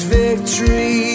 victory